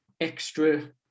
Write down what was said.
extra